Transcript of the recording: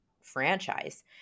franchise